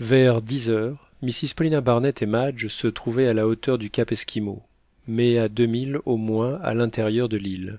vers dix heures mrs paulina barnett et madge se trouvaient à la hauteur du cap esquimau mais à deux milles au moins à l'intérieur de l'île